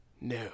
No